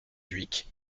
dhuicq